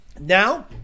Now